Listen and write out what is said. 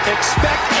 Expect